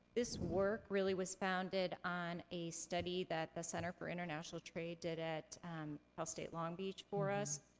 this work really was founded on a study that the center for international trade did at cal state long beach for us,